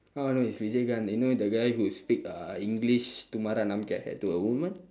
how I know is vijayakanth you know the guy who speak uh english to tumhara naam kya hai to a woman